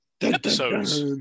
episodes